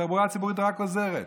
התחבורה הציבורית רק עוזרת.